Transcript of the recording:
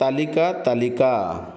ତାଲିକା ତାଲିକା